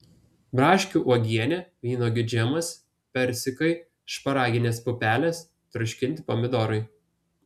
braškių uogienė vynuogių džemas persikai šparaginės pupelės troškinti pomidorai